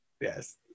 Yes